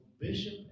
bishop